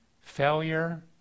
Failure